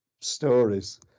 stories